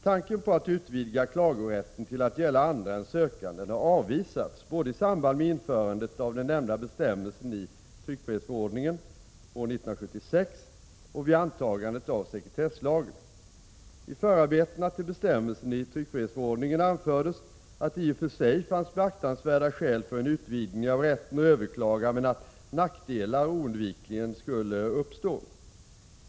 Tanken på att utvidga klagorätten till att gälla andra än sökanden har avvisats både i samband med införandet av den nämnda bestämmelsen i TF år 1976 och vid antagandet av sekretesslagen. I förarbetena till bestämmelsen i TF anfördes att det i och för sig fanns beaktansvärda skäl för en utvidgning av rätten att överklaga, men att nackdelar oundvikligen skulle uppstå.